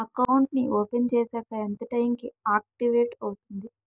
Account నీ open చేశాక ఎంత టైం కి ఆక్టివేట్ అవుతుంది?